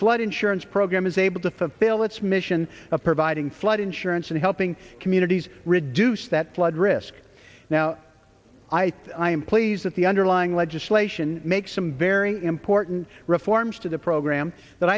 flood insurance program is able to fulfill its mission of providing flood insurance and helping communities reduce that flood risk now i think i am pleased that the underlying legislation make some very important reforms to the program